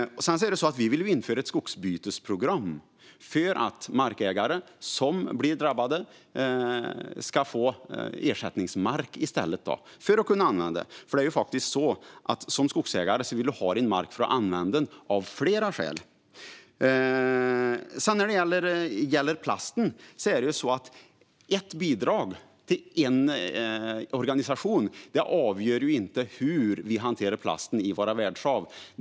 Vi vill införa ett skogsbytesprogram för att markägare som blir drabbade ska få ersättningsmark att kunna använda, för som skogsägare vill du ha din mark för att använda den av flera skäl. När det gäller plasten avgör ju inte ett bidrag till en organisation hur vi hanterar plasten i våra världshav.